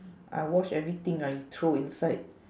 I wash everything I throw inside